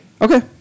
okay